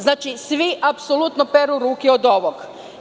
Znači, apsolutno svi peru ruke od ovog.